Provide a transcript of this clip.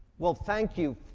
well, thank you.